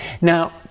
Now